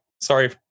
Sorry